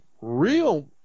real